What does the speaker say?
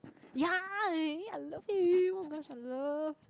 ya eh I love it [oh]-my-gosh I love